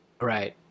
Right